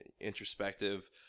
introspective